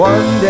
One